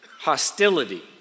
hostility